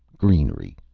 greenery.